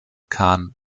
khan